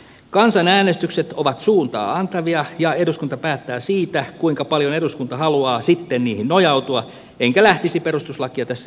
kansanäänestykset ovat suuntaa antavia ja eduskunta päättää siitä kuinka paljon eduskunta haluaa sitten niihin nojautua enkä lähtisi perustuslakia tässä mielessä muuttamaan